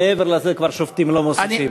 מעבר לזה כבר שופטים לא מוסיפים.